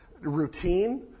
routine